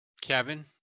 Kevin